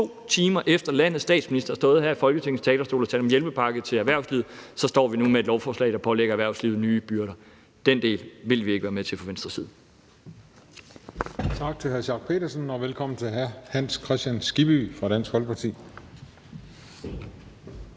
2 timer efter at landets statsminister har stået her på Folketingets talerstol og talt om hjælpepakke til erhvervslivet, nu står med et lovforslag, der pålægger erhvervslivet nye byrder. Den del vil vi ikke være med til fra Venstres side.